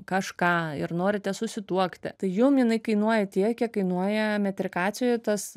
kažką ir norite susituokti tai jum jinai kainuoja tiek kiek kainuoja metrikacijoje tas